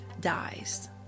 dies